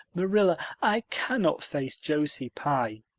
marilla, i cannot face josie pye.